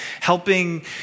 helping